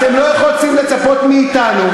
אתם לא רוצים לצפות מאתנו,